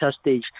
stage